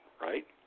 right